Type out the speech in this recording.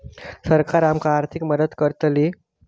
सरकार आमका आर्थिक मदत करतली?